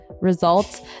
results